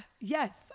yes